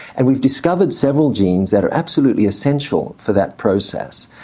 and we've discovered several genes that are absolutely essential for that process.